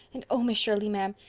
and oh, miss shirley, ma'am,